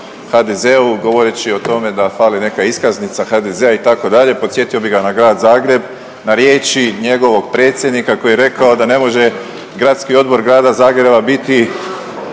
HDZ-u govoreći o tome da fali neka iskaznica HDZ-a itd. Podsjetio bih ga na grad Zagreb na riječi njegovog predsjednika koji je rekao da ne može gradski odbor grada Zagreba biti